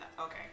Okay